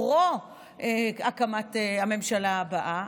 פרו-הקמת הממשלה הבאה,